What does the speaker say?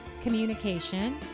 communication